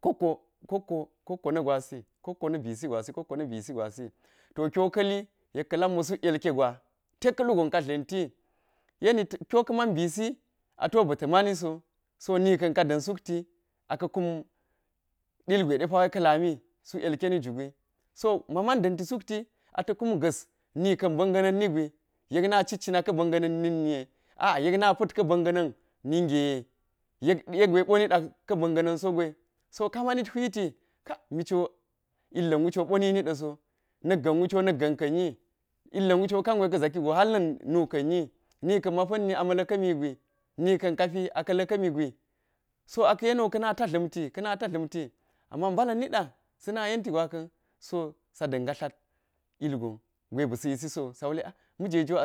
Kokko, kokko, kokko na gwais kokko na̱ bi si gwasi kokko na̱ bisi gwasi to kiwo ka̱li yek ka̱ lak mo suk yolke gwa ka̱lu gonka dlenti eni kiwo ka̱ man bisi a to ba̱ta̱ maniso, so nika̱n kada̱n sukti a ka̱ kum ilgwe depawe ka̱ lami suk yilkeni ju giwi, so ma man da̱nti sukti ata̱ kumga̱s ni ka̱n ba̱nga̱ na̱n niwu gwi, yek na citci na ka ba̱n gana̱n na̱k ninye aa yek na pa̱t ka̱ ba̱n ga̱na̱n na̱k ningeye yek- yek ɗe gwe ɓo niɗa ka ba̱n ga̱na̱n so gwe so ka ma nit hwiti, kak miciwo illa̱n wu ciwo ɓo nini ɗa̱ so na̱k ga̱n wu ciwo na̱k ga̱n ka̱n yi, illa̱n wu ciwo na̱kan gwe ka zaki go hal na̱n nuka̱n yi ni ka̱n, ma pa̱nni a ma̱ la̱ka̱mi gwi, ni ka̱n kapi aka̱ la̱ka̱ mi gwi so aka̱ yeniwo ka̱na ta dla̱mti, ka̱ na ta dla̱mti ama mbala̱n niɗa sana yen ti gwaka̱n, so sa da̱ nga tlat ilgon gwe ba̱sa̱, yisi sowu, sa wule asa ma̱je go